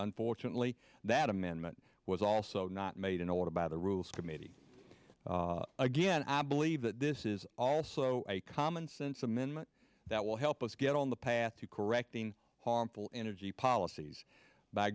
unfortunately that amendment was also not made in order by the rules committee again i believe that this is also a commonsense amendment that will help us get on the path to correcting harmful energy policies by